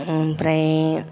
ओमफ्राय